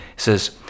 says